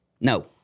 No